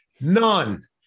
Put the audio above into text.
None